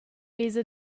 esa